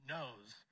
knows